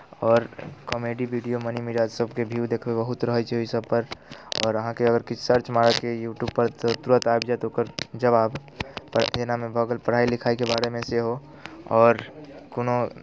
आओर comedy video Mani मिराजसभके view देखबै बहुत रहैत छै ओहि सभपर आओर अहाँकेँ अगर किछु सर्च मारयके अछि यूट्यूबपर तऽ तुरन्त आबि जायत ओकर जवाब एनामे भऽ गेल पढ़ाइ लिखाइके बारेमे सेहो आओर कोनो